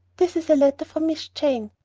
this is a letter from miss jane!